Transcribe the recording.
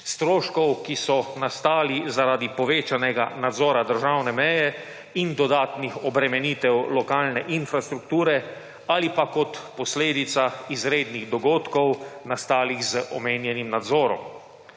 Stroškov, ki so nastali zaradi povečanega nadzora državne meje in dodatnih obremenitev lokalne infrastrukture ali pa kot posledica izrednih dogodkov, nastalih z omenjenim nadzorom.